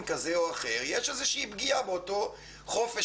כזה או אחר יש איזושהי פגיעה באותו חופש,